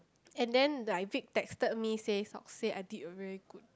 and then like Vic texted me say say I did a very good